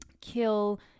kill